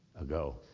ago